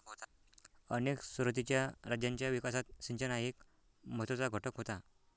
अनेक सुरुवातीच्या राज्यांच्या विकासात सिंचन हा एक महत्त्वाचा घटक होता